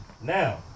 Now